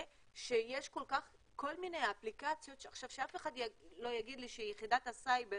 ושיש כל מיני אפליקציות ושאף אחד לא יגיד לי שיחידת הסייבר